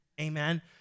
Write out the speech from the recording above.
Amen